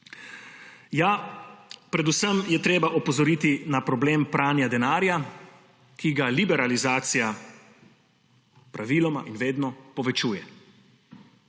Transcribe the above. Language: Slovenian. Ja, predvsem je treba opozoriti na problem pranja denarja, ki ga liberalizacija praviloma in vedno povečuje.